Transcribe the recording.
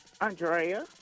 Andrea